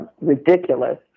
ridiculous